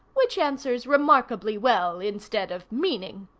which answers remarkably well instead of meaning.